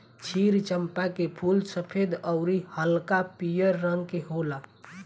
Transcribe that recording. क्षीर चंपा के फूल सफ़ेद अउरी हल्का पियर रंग के होला